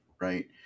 right